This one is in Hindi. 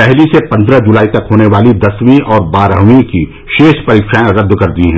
पहली से पन्द्रह जुलाई तक होने वाली दसवीं और बारहवीं की शेष परीक्षाएं रद्द कर दी हैं